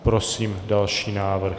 Prosím další návrh.